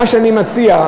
מה שאני מציע,